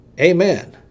Amen